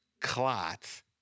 clots